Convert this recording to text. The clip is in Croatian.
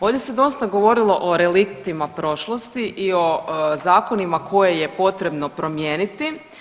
Ovdje se dosta govorilo o reliktima prošlosti i o zakonima koje je potrebno promijeniti.